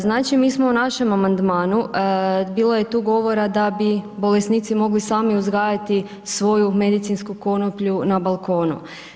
Znači, mi smo u našem amandmanu, bilo je tu govora da bi bolesnici mogli sami uzgajati svoju medicinsku konoplju na balkonu.